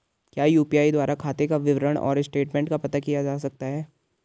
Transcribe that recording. क्या यु.पी.आई द्वारा खाते का विवरण और स्टेटमेंट का पता किया जा सकता है?